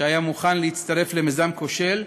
שהיה מוכן להצטרף למיזם כושל,